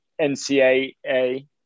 NCAA